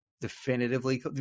definitively